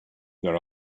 there